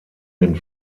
den